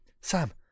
Sam